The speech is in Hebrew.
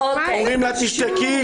אומרים לה תשתקי,